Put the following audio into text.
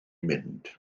mynd